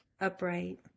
upright